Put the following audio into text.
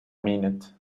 minute